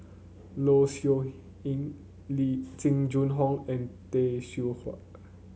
Low Siew Lee Jing Jun Hong and Tay Seow Huah